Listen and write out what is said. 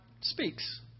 speaks